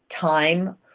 time